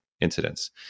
incidents